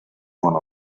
one